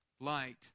light